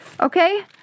okay